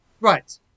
Right